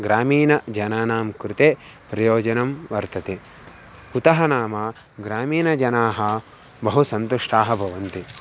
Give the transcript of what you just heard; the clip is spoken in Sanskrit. ग्रामीणजनानां कृते प्रयोजनं वर्तते कुतः नाम ग्रामीणजनाः बहु सन्तुष्टाः भवन्ति